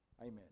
Amen